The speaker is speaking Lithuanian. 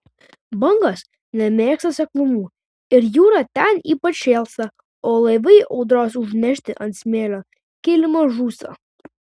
bangos nemėgsta seklumų ir jūra ten ypač šėlsta o laivai audros užnešti ant smėlio kilimo žūsta